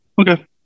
Okay